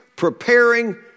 preparing